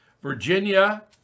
Virginia